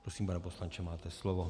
Prosím, pane poslanče, máte slovo.